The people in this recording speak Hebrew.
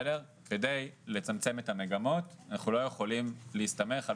כדי לצמצם את המגמות אנחנו לא יכולים להסתמך על